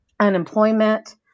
unemployment